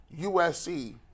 USC